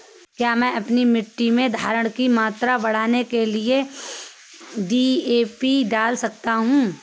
क्या मैं अपनी मिट्टी में धारण की मात्रा बढ़ाने के लिए डी.ए.पी डाल सकता हूँ?